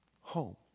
home